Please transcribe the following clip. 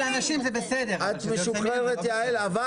יעל, את משוחררת, אבל